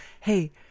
hey